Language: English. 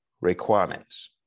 requirements